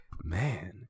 ...man